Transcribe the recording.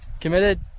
committed